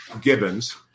Gibbons